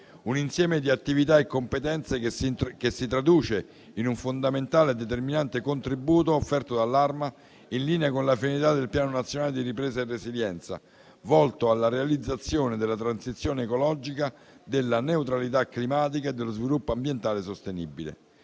un insieme di attività e competenze che si traduce in un fondamentale e determinante contributo offerto dall'Arma, in linea con la finalità del Piano nazionale di ripresa e resilienza, volto alla realizzazione della transizione ecologica, della neutralità climatica e dello sviluppo ambientale sostenibile.